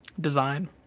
design